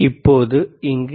இப்போது அது மீண்டும் என்ன